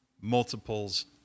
multiples